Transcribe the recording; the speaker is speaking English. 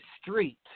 street